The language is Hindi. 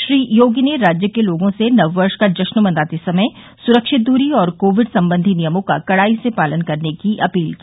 श्री योगी ने राज्य के लोगों से नववर्ष का जश्न मनाते समय सुरक्षित दूरी और कोविड सम्बंधी नियमों का कड़ाई से पालन करने की अपील की